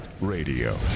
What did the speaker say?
Radio